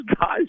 guys